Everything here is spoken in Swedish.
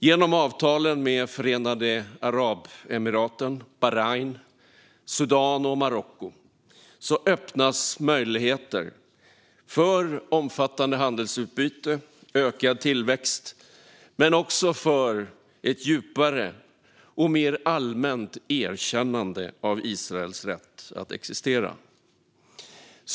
Genom avtalen med Förenade Arabemiraten, Bahrain, Sudan och Marocko öppnas möjligheter för omfattande handelsutbyte och ökad tillväxt men också för ett djupare och mer allmänt erkännande av Israels rätt att existera.